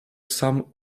sam